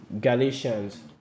Galatians